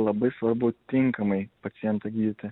labai svarbu tinkamai pacientą gydyti